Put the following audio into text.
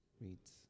Reads